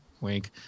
wink